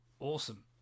Awesome